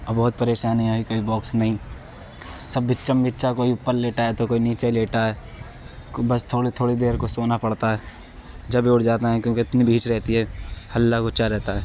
اور بہت پریشانی آئی کہیں باکس نہیں سب بچم بچا کوئی اوپر لیٹا ہے تو کوئی نیچے لیٹا ہے بس تھوڑے تھوڑے دیر کو سونا پڑتا ہے جب یہ اٹھ جاتے ہیں کیونکہ اتنی بیچ رہتی ہے ہلا گچا رہتا ہے